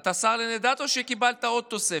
אתה השר לענייני דת או שקיבלת עוד תוספת?